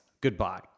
goodbye